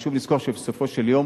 חשוב לזכור שבסופו של יום